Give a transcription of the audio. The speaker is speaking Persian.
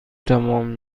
تمام